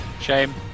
shame